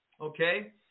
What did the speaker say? okay